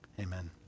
amen